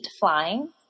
flying